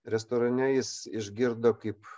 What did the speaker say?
restorane jis išgirdo kaip